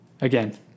Again